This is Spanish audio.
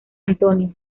antonio